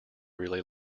really